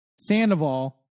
sandoval